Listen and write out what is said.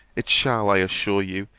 it shall, i assure you,